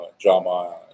drama